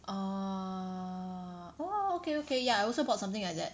orh !wah! okay okay ya I also bought something like that